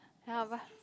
handover